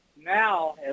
now –